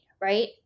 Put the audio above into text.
right